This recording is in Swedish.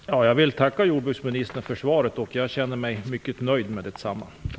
Fru talman! Jag vill tacka jordbruksministern för svaret, och jag känner mig mycket nöjd med det.